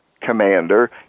commander